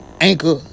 Anchor